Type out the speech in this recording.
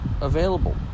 available